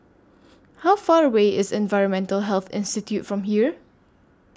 How Far away IS Environmental Health Institute from here